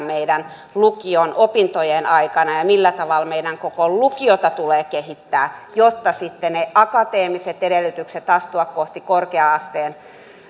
meidän lukiomme opintojen aikana tehdään ja millä tavalla meidän koko lukiotamme tulee kehittää jotta sitten ne akateemiset edellytykset astua kohti korkea asteen